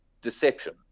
deception